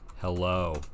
hello